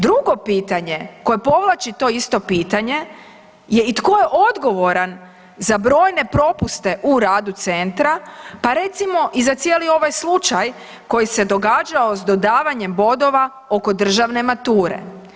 Drugo pitanje koje povlači to isto pitanje je i tko je odgovoran za brojne propuste u radu centra, pa recimo i za cijeli ovaj slučaj koji se događao s dodavanjem bodova oko državne mature.